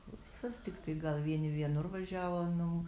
kursas tiktai gal vieni vienur važiavo nu